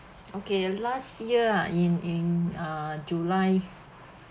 okay last year ah in in uh july